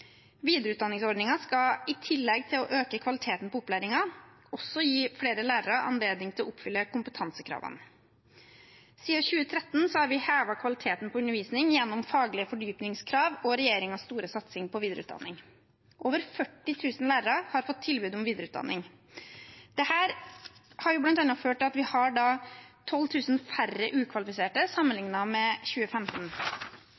skal i tillegg til å øke kvaliteten på opplæringen gi flere lærere anledning til å oppfylle kompetansekravene. Siden 2013 har vi hevet kvaliteten på undervisning gjennom faglige fordypningskrav og regjeringens store satsing på videreutdanning. Over 40 000 lærere har fått tilbud om videreutdanning. Dette har bl.a. ført til at vi har 12 000 færre ukvalifiserte